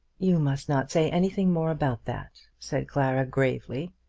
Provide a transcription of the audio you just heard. you must not say anything more about that, said clara gravely.